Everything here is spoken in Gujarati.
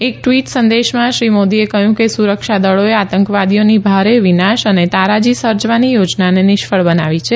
એ ટવીટ સંદેશમાં શ્રી મોદીએ કહયું કે સુરક્ષા દળોએ આતંકવાદીઓની ભારે વિનાશ અને તારાજી સર્જવાની યોજનાને નિષ્ફળ બનાવી છે